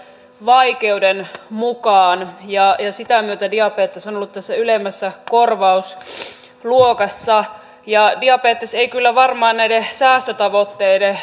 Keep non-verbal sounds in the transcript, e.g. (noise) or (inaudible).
vaikeuden mukaan ja sitä myötä diabetes on on ollut tässä ylemmässä korvausluokassa diabetes ei kyllä varmaan näiden säästötavoitteiden (unintelligible)